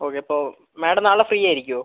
okay അപ്പോൾ madam നാളെ free ആയിരിക്കുമോ